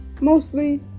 mostly